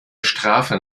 strafe